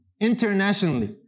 internationally